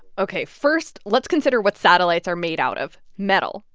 ok. first, let's consider what satellites are made out of metal,